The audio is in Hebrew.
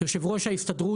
יושב-ראש ההסתדרות,